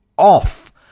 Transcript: off